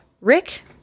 Rick